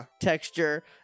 texture